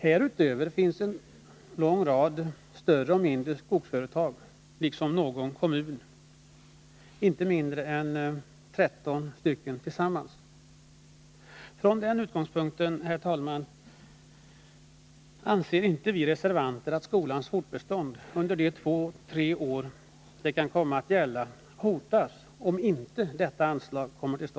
Härutöver finns en lång rad större och mindre skogsföretag liksom någon kommun — inte mindre än 13 stycken tillsammans. Från den utgångspunkten, herr talman, anser inte vi reservanter att skolans fortbestånd under de två tre år det kan gälla kommer att hotas om detta anslag inte beviljas.